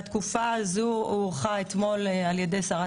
והתקופה הזו הוארכה אתמול על ידי שרת